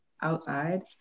outside